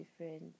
different